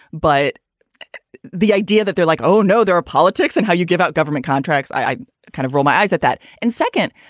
but the idea that they're like, oh, no, there are politics and how you give out government contracts, i kind of roll my eyes at that. and second,